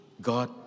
God